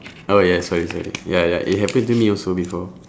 oh yes sorry sorry ya ya it happened to me also before